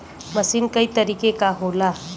मसीन कई तरीके क होला